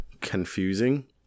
confusing